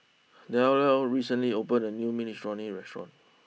Dellia recently opened a new Minestrone restaurant